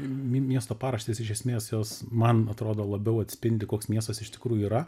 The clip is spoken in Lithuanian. miesto paraštės iš esmės jos man atrodo labiau atspindi koks miestas iš tikrųjų yra